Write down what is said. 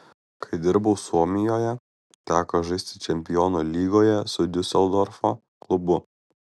kai dirbau suomijoje teko žaisti čempionų lygoje su diuseldorfo klubu